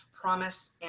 promise